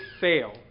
fail